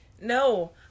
no